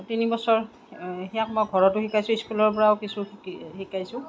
তিনিবছৰ সিয়াক মই ঘৰটো শিকাইছোঁ স্কুলৰ পৰাও কিছু শিকি শিকাইছোঁ